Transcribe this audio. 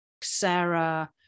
Sarah